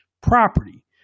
property